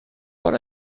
but